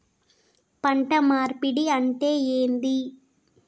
పంట మార్పిడి అంటే ఏంది?